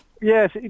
Yes